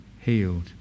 healed